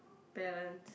balance